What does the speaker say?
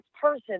person